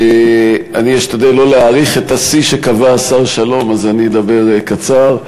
אני אשתדל לא להאריך את השיא שקבע השר שלום אז אני אדבר בקצרה.